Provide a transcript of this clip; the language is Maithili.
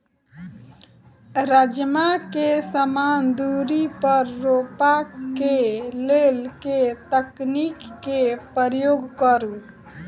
राजमा केँ समान दूरी पर रोपा केँ लेल केँ तकनीक केँ प्रयोग करू?